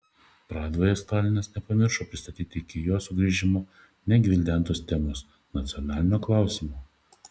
pravdoje stalinas nepamiršo pristatyti iki jo sugrįžimo negvildentos temos nacionalinio klausimo